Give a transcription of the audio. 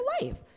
life